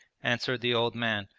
answered the old man.